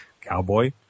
cowboy